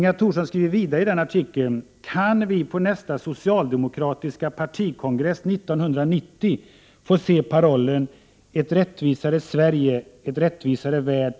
Inga Thorsson skriver vidare i artikeln: ”Kan vi på nästa socialdemokratiska partikongress, 1990, få se parollen: Ett rättvisare Sverige, en rättvisare värld.